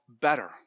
better